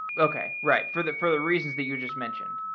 okay, right, for the for the reasons the you just mentioned.